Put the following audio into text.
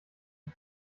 die